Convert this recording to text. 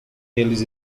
eles